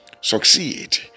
succeed